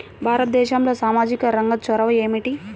భారతదేశంలో సామాజిక రంగ చొరవ ఏమిటి?